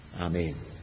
Amen